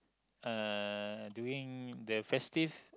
uh during the festive